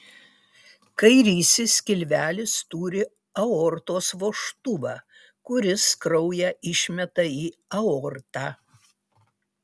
kairysis skilvelis turi aortos vožtuvą kuris kraują išmeta į aortą